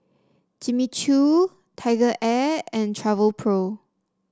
Jimmy Choo TigerAir and Travelpro